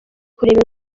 kureba